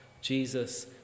Jesus